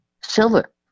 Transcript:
silver